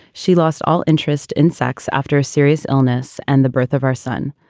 she lost all interest in sex after a serious illness and the birth of our son.